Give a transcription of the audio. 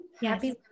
Happy